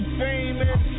famous